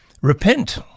repent